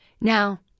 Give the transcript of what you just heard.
Now